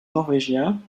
norvégien